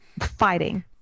Fighting